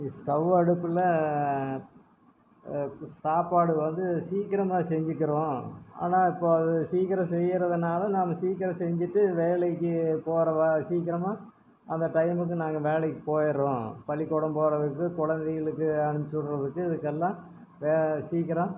stove அடுப்பில் சாப்பாடு வந்து சீக்கரமாக செஞ்சுக்கிறோம் ஆனால் இப்போ அது சீக்கிரம் செய்யறதுனால் நான் சீக்கிரம் செஞ்சுட்டு வேலைக்கு போகிற சீக்கிரமாக அந்த டைமுக்கு நாங்கள் வேலைக்கு போயிடுறோம் பள்ளிக்கூடம் போகிறதுக்கு குழந்தைங்களுக்கு அனுப்ச்சி விடுறதுக்கு இதுக்கெல்லாம் சீக்கிரம்